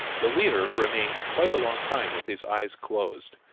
the leader remains quiet a long time with his eyes closed,